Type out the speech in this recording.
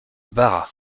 bara